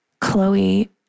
Chloe